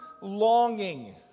longing